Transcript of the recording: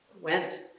went